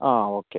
അ okay